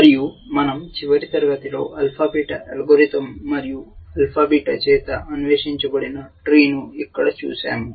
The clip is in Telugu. మరియు మన০ చివరి తరగతిలో ఆల్ఫా బీటా అల్గోరిథం మరియు ఆల్ఫా బీటా చేత అన్వేషించబడిన ట్రీ ను ఇక్కడ చూశాము